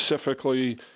specifically